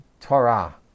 Torah